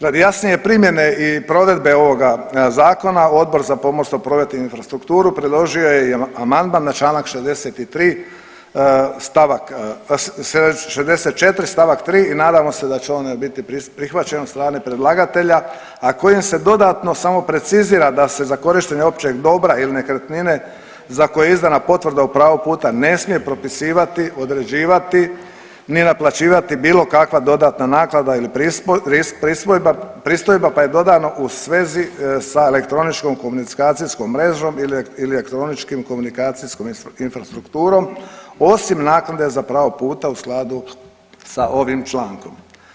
Radi jasnije primjene i provedbe ovoga Zakona, Odbor za pomorstvo, promet i infrastrukturu predložio je i amandman na čl. 63 stavak, 64. st. 3 i nadamo se da će on biti prihvaćen od strane predlagatelja, a kojim se dodatno samo precizira da se za korištenje općeg dobra ili nekretnine za koje je izdana potvrda o pravu puta ne smije propisivati, određivati ni naplaćivati bilo kakva dodatna naknada ili pristojba, pa je dodatno u svezi sa elektroničkom komunikacijskom mrežom ili elektroničkom komunikacijskom infrastrukturom, osim naknade za pravo puta u skladu sa ovim člankom.